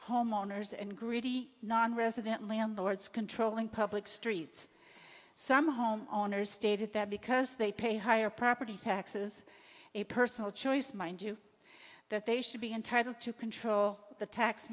homeowners and greedy nonresident landlords controlling public streets some home owners stated that because they pay higher property taxes a personal choice mind you that they should be entitled to control the tax